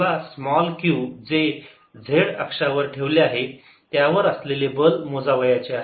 मला small q जे z अक्षावर ठेवले आहे त्यावर असलेले बल मोजावयाचे आहे